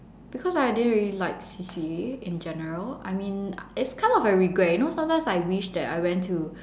because I didn't really like C_C_A in general I mean it's kind of a regret you know sometimes I wish that I went to